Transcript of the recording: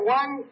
one